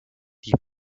die